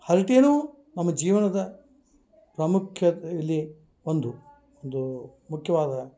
ಹರ್ಟೆಯೂ ನಮ್ಮ ಜೀವನದ ಪ್ರಾಮುಖ್ಯತೆಯಲ್ಲಿ ಒಂದು ಮುಖ್ಯವಾದ